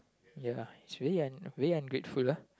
ya it's really really ungrateful ah